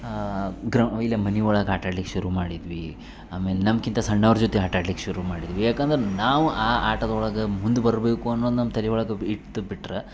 ಗ್ರೌ ಇಲ್ಲಿಯೇ ಮನೆ ಒಳಗೆ ಆಟಾಡ್ಲಿಕ್ಕೆ ಶುರು ಮಾಡಿದ್ವಿ ಆಮೇಲೆ ನಮ್ಗಿಂತ ಸಣ್ಣವ್ರ ಜೊತೆ ಆಟಾಡ್ಲಿಕ್ಕೆ ಶುರು ಮಾಡಿದ್ವಿ ಯಾಕಂದ್ರೆ ನಾವು ಆ ಆಟದೊಳಗೆ ಮುಂದು ಬರಬೇಕು ಅನ್ನೋದು ನಮ್ಮ ತಲೆ ಒಳಗೆ ಇತ್ತು ಬಿಟ್ರೆ